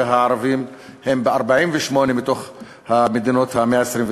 והערבים הם במקום ה-48 מתוך 127 המדינות.